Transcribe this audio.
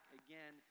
again